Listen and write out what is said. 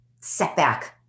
setback